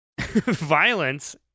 Violence